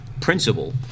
principle